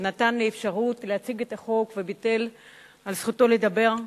שנתן לי אפשרות להציג את החוק וויתר על זכותו לדבר.